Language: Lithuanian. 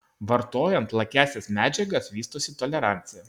vartojant lakiąsias medžiagas vystosi tolerancija